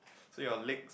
so your legs